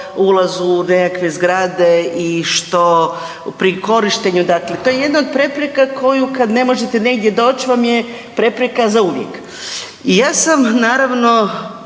ulazu u nekakve zgrade i što pri korištenju, dakle to je jedna od prepreka koji kad ne možete negdje doći vam je prepreka za uvijek i ja sam naravno